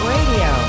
Radio